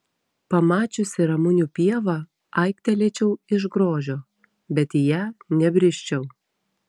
pamačiusi ramunių pievą aiktelėčiau iš grožio bet į ją nebrisčiau